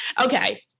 Okay